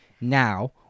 Now